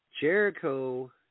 Jericho